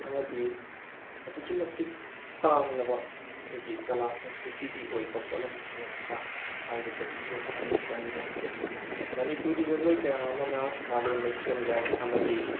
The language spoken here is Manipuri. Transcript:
ꯑꯃꯗꯤ ꯑꯗꯨꯛꯀꯤ ꯃꯇꯤꯛ ꯇꯥꯡꯂꯕ ꯑꯩꯈꯣꯏꯒꯤ ꯀꯂꯥ ꯁꯪꯁ꯭ꯀ꯭ꯔꯤꯇꯤꯒꯤ ꯑꯣꯏꯕ ꯄꯣꯠꯂꯝꯁꯤꯡ ꯑꯁꯤꯗ ꯍꯥꯏꯔꯤꯕꯁꯤꯁꯨ ꯃꯅꯨꯡ ꯆꯜꯂꯤꯕꯅꯤ ꯃꯅꯤꯄꯨꯔꯒꯤ ꯖꯒꯣꯏ ꯀꯌꯥ ꯑꯃꯅ ꯃꯥꯂꯦꯝ ꯂꯩꯁꯦꯝꯂꯣꯟ ꯑꯃꯗꯤ